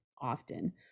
often